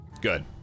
Good